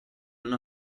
una